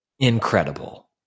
incredible